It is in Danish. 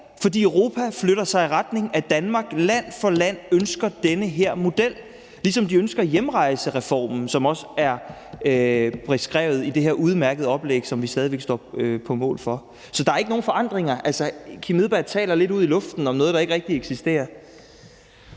for Europa flytter sig i retning af Danmark. Land for land ønsker man sig den her model, ligesom man ønsker sig hjemrejsereformen, som også er beskrevet i det her udmærkede oplæg, som vi stadig væk står på mål for. Så der er ikke nogen forandringer. Altså, hr. Kim Edberg Andersen taler lidt ud i luften om noget, der ikke rigtig eksisterer.